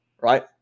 right